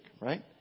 right